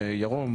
ירום,